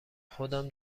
خودم